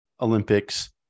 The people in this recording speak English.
Olympics